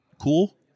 cool